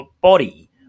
body